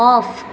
off